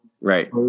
right